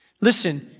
Listen